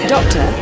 Doctor